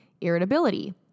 Irritability